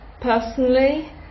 personally